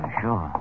sure